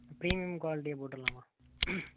pain குவாலிட்டியே போட்டுடலாமா